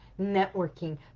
networking